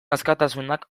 askatasunak